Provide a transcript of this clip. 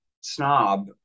snob